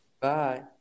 Bye